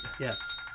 Yes